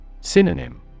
Synonym